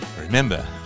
Remember